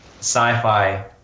sci-fi